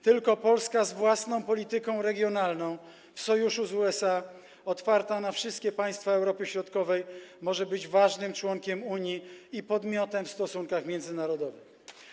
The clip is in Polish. Tylko Polska z własną polityką regionalną, w sojuszu z USA, otwarta na wszystkie państwa Europy Środkowej, może być ważnym członkiem Unii i podmiotem w stosunkach międzynarodowych.